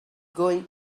going